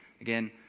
Again